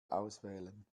auswählen